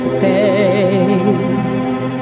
face